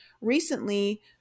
recently